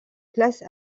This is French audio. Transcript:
classe